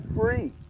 free